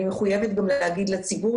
אני מחויבת גם להגיד לציבור,